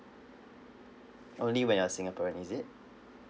only when I'm singaporean is it